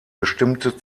bestimmte